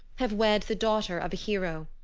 have wed the daughter of a hero.